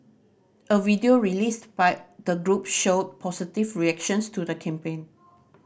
a video released by the group showed positive reactions to the campaign